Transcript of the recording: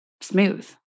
smooth